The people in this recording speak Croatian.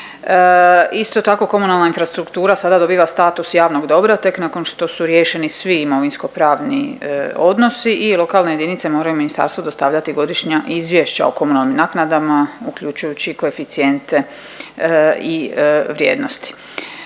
Isto tako, komunalna infrastruktura sada dobiva status javnog dobra tek nakon što su riješeni svi imovinsko pravni odnosi i lokalne jedinice moraju ministarstvu dostavljati godišnja izvješća o komunalnim naknada, uključujući koeficijente i vrijednosti.